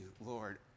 Lord